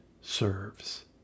serves